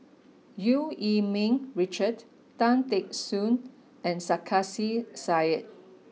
Eu Yee Ming Richard Tan Teck Soon and Sarkasi Said